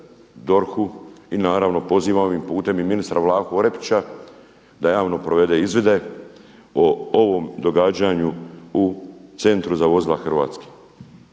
I naravno pozivam ovim putem i ministra Vlahu Orepića da javno provede izvide o ovom događaju u Centru za vozila Hrvatske.